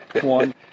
one